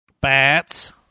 Bats